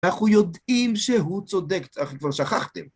אנחנו יודעים שהוא צודק, אך כבר שכחתם.